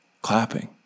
Clapping